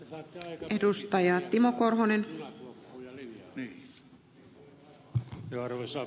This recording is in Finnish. isän edustaja timo korhonen e arvoisa puhemies